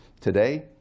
Today